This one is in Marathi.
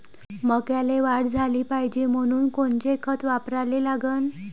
मक्याले वाढ झाली पाहिजे म्हनून कोनचे खतं वापराले लागन?